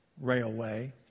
railway